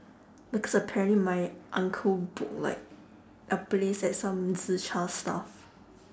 because apparently my uncle booked like a place at some zi char stuff